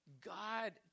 God